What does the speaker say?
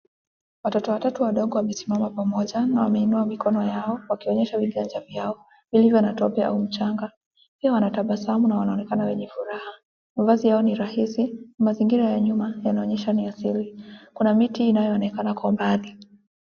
Watoto watatu wadogo wamesimama pamoja na wameinua mikono yao wakionyesha viganja vyao vilivyo na tope au mchanga pia wanatabasamu na wanaonekana wenye furaha. Mavazi yao ni rahisi ingine ya nyuma yanaonyesha ni asili, kuna miti inayoonekana kwa mbali.